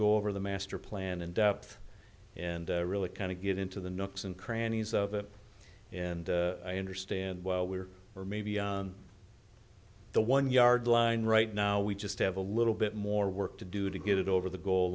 go over the master plan in depth and really kind of get into the nuts and crannies of it and i understand while we're or maybe the one yard line right now we just have a little bit more work to do to get it over the goal